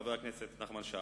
חבר הכנסת שי,